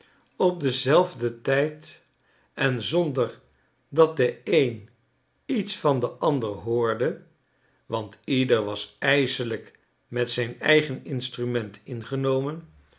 op denzelfden tijd en zonder dat de een iets van den ander hoorde want ieder was ijselijk met zijn eigen instrument ingenomen